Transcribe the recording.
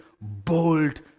bold